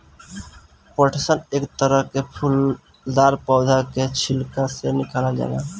पटसन एक तरह के फूलदार पौधा के छिलका से निकालल जाला